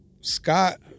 Scott